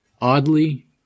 Oddly